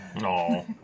No